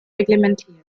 reglementiert